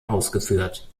ausgeführt